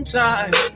time